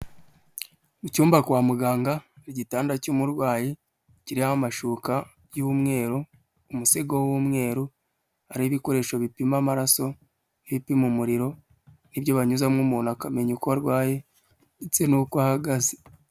Icyumba kwa muganga, igitanda cy'umurwayi, kiriho amashuka y'umweru, umusego w'umweru, hariho ibikoresho bipima amaraso, n'ibipima umuriro, nibyo banyuzamo umuntu akamenya uko arwaye ndetse n'uko ahagaze.